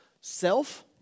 self